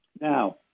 Now